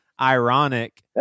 ironic